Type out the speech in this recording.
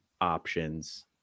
options